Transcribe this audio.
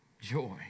joy